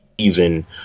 season